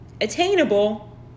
attainable